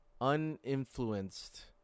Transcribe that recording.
uninfluenced